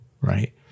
right